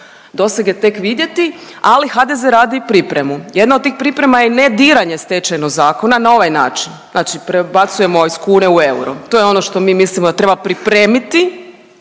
dosege tek vidjeti, ali HDZ radi pripremu. Jedna od tih priprema je i nediranje Stečajnog zakona na ovaj način. Znači prebacujemo iz kune u euro. To je ono što mi mislimo da treba pripremiti